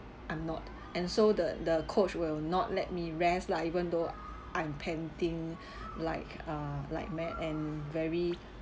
I'm not and so the the coach will not let me rest lah even though I'm panting like uh like mad and very